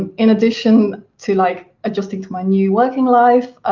and in addition to like adjusting to my new working life,